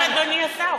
מה עם "אדוני השר"?